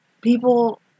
people